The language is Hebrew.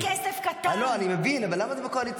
אני מבין, אבל למה זה בקואליציוני?